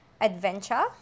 adventure